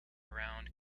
around